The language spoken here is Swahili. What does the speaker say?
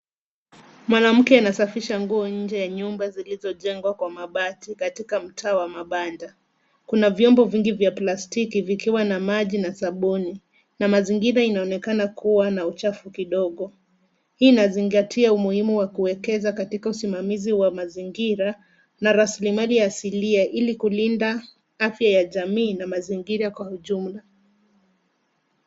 Mwanamke anasafisha nguo nje ya nyumba zilizojengwa kwa mabati katika mtaa wa mabanda. Kuna vyombo vingi vya plastiki vikiwa na maji na sabuni na mazingira inaonekana kuwa na uchafu kidogo. Hii inazingatia umuhimu wa kuwekeza katika usimamizi wa mazingira na rasilimali asilia ili kulinda afya ya jamii na mazingira kwa ujumla.